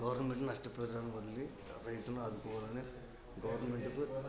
government నష్టపరిహారం వదిలి రైతును ఆదుకోవాలని గవర్నమెంట్కు